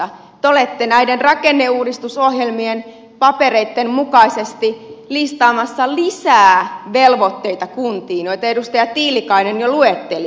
te olette näiden rakenneuudistusohjelmien papereitten mukaisesti listaamassa kuntiin lisää velvoitteita joita edustaja tiilikainen jo luetteli